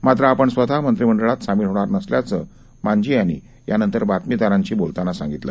मात्र आपण स्वतः मंत्रिमंडळात सामील होणार नसल्याचं मांझी यांनी नंतर बातमीदारांशी बोलताना सांगितलं